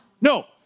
No